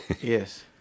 yes